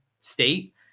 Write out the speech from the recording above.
state